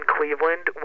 Cleveland